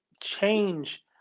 change